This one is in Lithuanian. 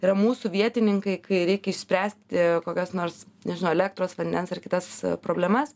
yra mūsų vietininkai kai reikia išspręsti kokias nors nežinau elektros vandens ar kitas problemas